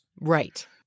Right